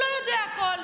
לא יודע הכול.